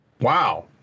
Wow